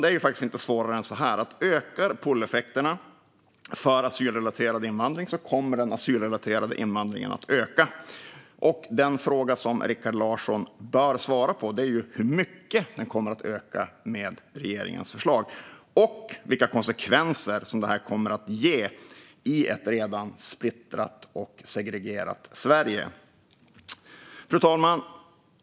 Det är inte svårare än så här: Om pulleffekterna ökar för asylrelaterad invandring kommer den asylrelaterade invandringen att öka. Den fråga som Rikard Larsson bör svara på är därför hur mycket den kommer att öka med regeringens förslag och vilka konsekvenser det här kommer att få i ett redan splittrat och segregerat Sverige. Fru talman!